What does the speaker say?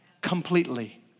Completely